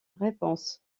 réponse